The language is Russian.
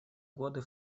годы